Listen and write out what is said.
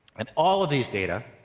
and all of these data,